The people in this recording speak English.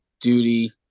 duty